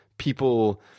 people